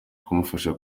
kumufasha